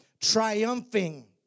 triumphing